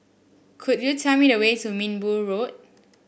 could you tell me the way to Minbu Road